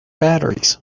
batteries